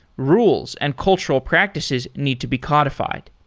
rules and cultural practices need to be codified.